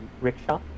rickshaw